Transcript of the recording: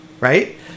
right